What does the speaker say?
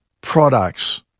products